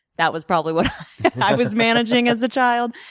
that was probably what i was managing as a child,